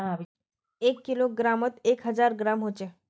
एक किलोग्रमोत एक हजार ग्राम होचे